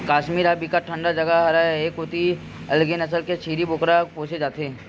कस्मीर ह बिकट ठंडा जघा हरय ए कोती अलगे नसल के छेरी बोकरा पोसे जाथे